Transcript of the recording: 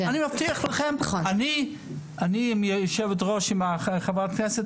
אני מבטיח לכם שאני עם יושבת ראש הוועדה,